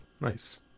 nice